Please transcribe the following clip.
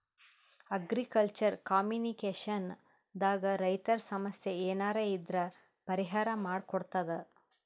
agriculture communication ದಾಗ್ ರೈತರ್ ಸಮಸ್ಯ ಏನರೇ ಇದ್ರ್ ಪರಿಹಾರ್ ಮಾಡ್ ಕೊಡ್ತದ್